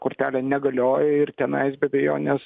kortelė negalioja ir tenais be abejonės